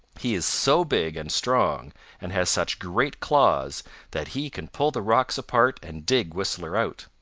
he is so big and strong and has such great claws that he can pull the rocks apart and dig whistler out.